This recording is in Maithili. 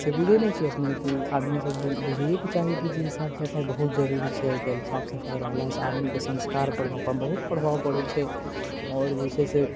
से बुझय नहि छियै अपने की आदमी सबके बुझइएके चाही कि जे साफ सफाइ बहुत जरुरी छै आइ काल्हि साफ सफाइ रहलासँ आदमीके सँस्कारपर मे बहुत प्रभाव पड़य छै आओर जे छै से